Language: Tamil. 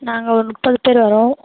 நாங்கள் ஒரு முப்பது பேர் வரோம்